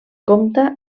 compta